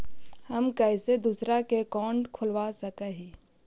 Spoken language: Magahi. हम कैसे दूसरा का अकाउंट खोलबा सकी ही?